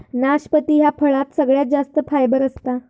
नाशपती ह्या फळात सगळ्यात जास्त फायबर असता